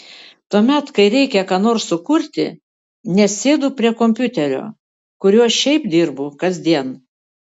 tuomet kai reikia ką nors sukurti nesėdu prie kompiuterio kuriuo šiaip dirbu kasdien